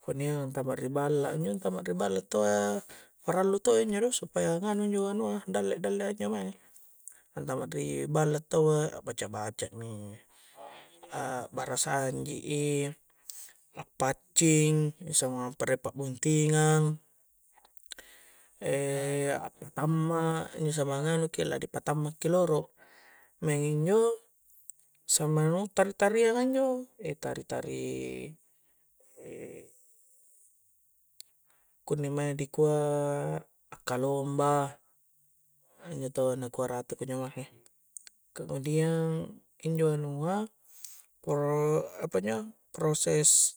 kunnia antama ri balla njo njo antama ri balla taua parallu to injo do supaya nganu injo anua dalle-dalle a injo mae na antama ri balla taua baca-baca mi akbaeasanji i appaccing, samang ampa riek pa'buntingang appatamma injo samang nganu ki la di patamma ki loro maing injo samang riek tari-tarian injo tari-tari kunni mae dikua akkalomba injo taua nakua rate kunjo mange kemudiang injo anua per apanjo proses